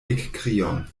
ekkrion